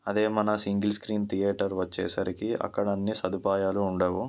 అదే మన single screen theatre వచ్చేసరికి అక్కడ అన్ని సదుపాయాలు ఉండవు